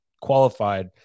qualified